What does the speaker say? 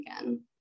again